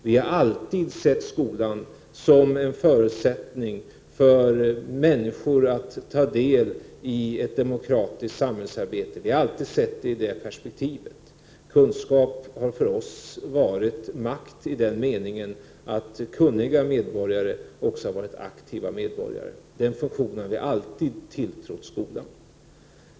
Vi har alltid sett skolan som en förutsättning för människorna att ta del i ett demokratiskt samhällsarbete. Vi har alltid sett skolan i det perspektivet. Kunskap har för oss varit makt i den meningen att kunniga medborgare också har varit aktiva medborgare. Den funktionen har vi alltid tilltrott skolan.